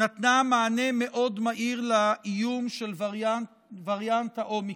נתנה מענה מאוד מהיר לאיום של וריאנט האומיקרון,